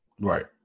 Right